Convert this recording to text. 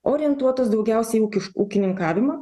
orientuotos daugiausiai ūkiš ūkininkavimo